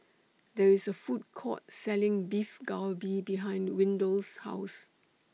There IS A Food Court Selling Beef Galbi behind Windell's House